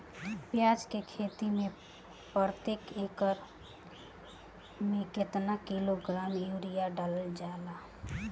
प्याज के खेती में प्रतेक एकड़ में केतना किलोग्राम यूरिया डालल जाला?